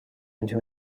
into